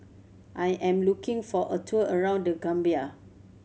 I am looking for a tour around The Gambia